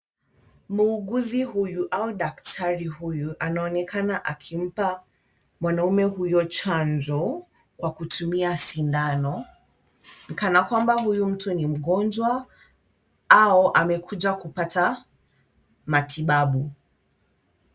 Muuguzi huyu au daktari huyu anaonekana akimpa mwanaume huyo chanjo, kwa kutumia sindano, kana kwamba huyo mtu ni mgonjwa au amekuja kupata matibabu.